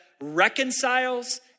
reconciles